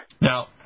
Now